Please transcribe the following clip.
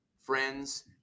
friends